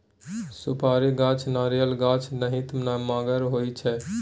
सुपारी गाछ नारियल गाछ नाहित नमगर होइ छइ